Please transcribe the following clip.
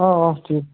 অঁ অঁ ঠিক